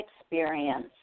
experience